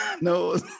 No